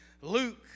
Luke